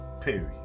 period